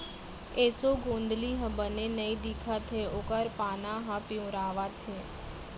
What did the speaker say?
एसों गोंदली ह बने नइ दिखत हे ओकर पाना ह पिंवरावत हे